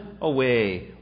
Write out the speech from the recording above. away